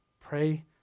pray